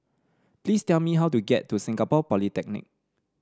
please tell me how to get to Singapore Polytechnic